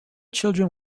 children